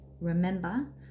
remember